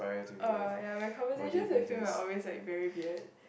oh ya my conversations with him are always like very weird